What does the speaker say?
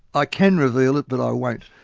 i can reveal it, but i won't.